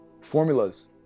formulas